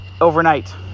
overnight